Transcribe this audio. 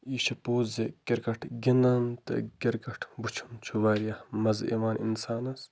یہِ چھِ پوٚز زِ کِرکَٹ گِنٛدن تہِ کِرکَٹ وٕچھُن چھُ واریاہ مَزٕ یِوان اِنسانَس